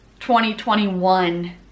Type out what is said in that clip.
2021